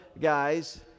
guys